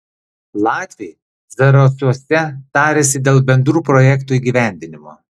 latviai zarasuose tarėsi dėl bendrų projektų įgyvendinimo